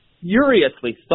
furiously